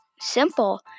simple